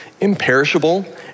imperishable